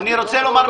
דב, תודה.